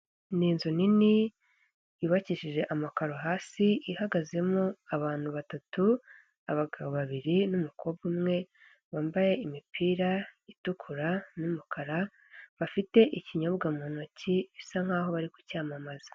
Ni inzu nini yubakishije amakaro hasi, ihagazemo abantu batatu, abagabo babiri n'umukobwa umwe, bambaye imipira itukura n'umukara bafite ikinyobwa mu ntoki bisa nk'aho bari kucyamamaza.